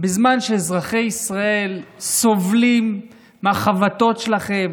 בזמן שאזרחי ישראל סובלים מהחבטות שלכם